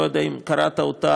אני לא יודע אם קראת אותה,